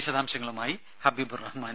വിശദാംശങ്ങളുമായി ഹബീബ് റഹ്മാൻ